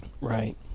Right